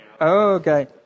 Okay